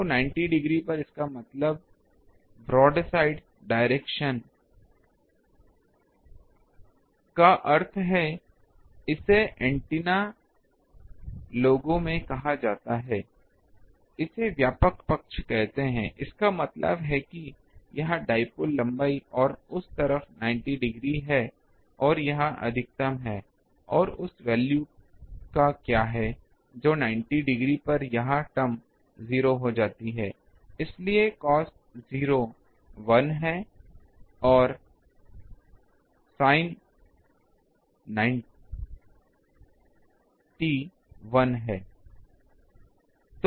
तो 90 डिग्री पर इसका मतलब ब्रॉड साइड डायरेक्शन का अर्थ है इसे एंटेना लोगों में कहा जाता है इसे व्यापक पक्ष कहते हैं इसका मतलब है कि यह डाइपोल लंबाई और उस तरफ 90 डिग्री है और यह अधिकतम है और उस वैल्यू का क्या है जो 90 डिग्री पर यह टर्म 0 हो जाती है इसलिए cos 0 1 है और यह साइन 90 1 है